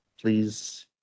please